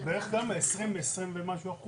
זה בערך אותו דבר.